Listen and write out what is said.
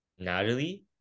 Natalie